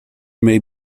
may